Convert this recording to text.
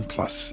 Plus